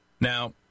Now